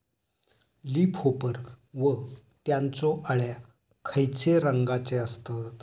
Leaf hopper व त्यानचो अळ्या खैचे रंगाचे असतत?